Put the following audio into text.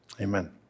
Amen